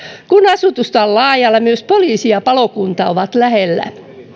kun asutusta on laajalla myös poliisi ja palokunta ovat lähellä